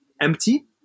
empty